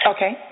Okay